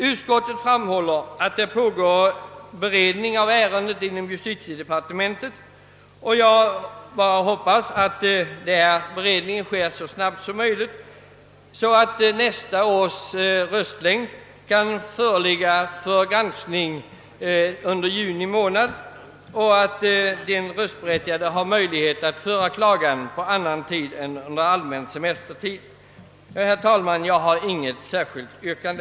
Utskottet framhåller att beredning av ärendet pågår inom = justitiedepartementet, och jag hoppas att denna beredning slutföres så snabbt, att nästa års röstlängd kan föreligga för granskning under juni månad och de röstberättigade beredas tillfälle att föra klagan på annan tid än under allmän semestertid. Herr talman! Jag har inget särskilt yrkande.